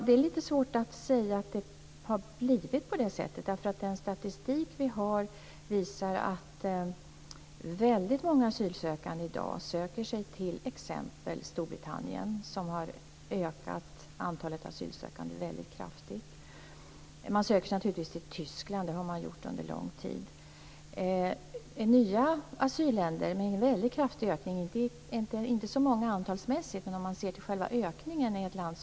Det är lite svårt att säga att det har blivit på det sättet. Den statistik vi har visar att väldigt många asylsökande i dag söker sig till exempelvis Storbritannien. Där har antalet asylsökande ökat väldigt kraftigt. Man söker sig naturligtvis till Tyskland också. Det har man gjort under lång tid. Ett nytt asylland med en väldigt kraftig ökning - det är inte så många antalsmässigt, men om man ser till själva ökningen - är Irland.